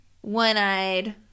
one-eyed